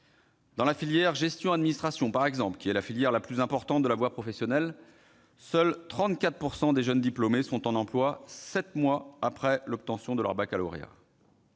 Dans la filière gestion-administration, par exemple, qui est la plus importante de la voie professionnelle, seuls 34 % des jeunes diplômés sont en emploi sept mois après l'obtention de leur baccalauréat.